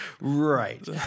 Right